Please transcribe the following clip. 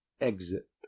Exit